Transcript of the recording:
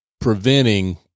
preventing